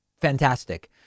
Fantastic